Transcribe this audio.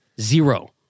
Zero